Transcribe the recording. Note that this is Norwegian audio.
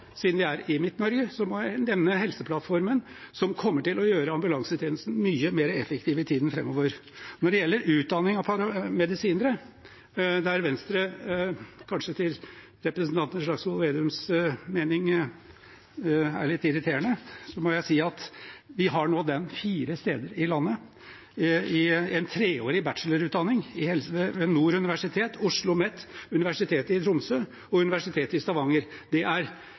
Siden vi er i Midt-Norge, må jeg dessuten nevne helseplattformen, som kommer til å gjøre ambulansetjenesten mye mer effektiv i tiden framover. Når det gjelder utdanning av paramedisinere, der Venstre, etter representanten Slagsvold Vedums mening, kanskje er litt irriterende, har vi det fire steder i landet nå. Det er en treårig bachelorutdanning ved Nord universitet, OsloMet, Universitetet i Tromsø og Universitetet i Stavanger. Det